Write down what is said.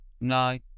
No